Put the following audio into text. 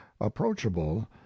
approachable